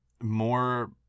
more